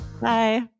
Bye